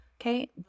Okay